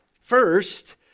first